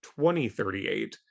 2038